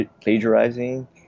plagiarizing